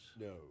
No